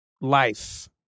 life